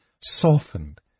softened